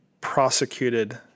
prosecuted